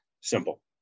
simple